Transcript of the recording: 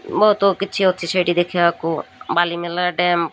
ବହୁତ କିଛି ଅଛି ସେଇଠି ଦେଖିବାକୁ ବାଲିମେଲା ଡ୍ୟାମ୍